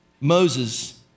Moses